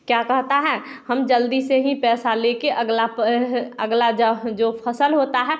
क्या कहता है हम जल्दी से ही पैसा लेके अगला पह अगला जव जो फसल होता है